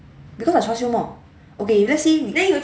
because I trust you more okay if let's say